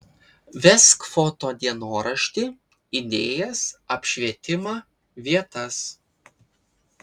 vesk foto dienoraštį idėjas apšvietimą vietas